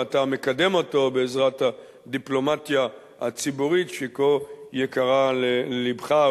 ואתה מקדם אותו בעזרת הדיפלומטיה הציבורית שכה יקרה ללבך,